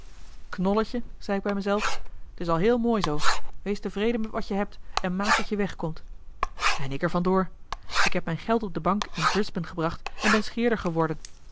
knolletje zei ik bij me zelf t is eli heimans willem roda al heel mooi zoo wees tevreden met wat je hebt en maak dat je weg komt en ik er van door ik heb mijn geld op de bank in brisbane gebracht en ben scheerder geworden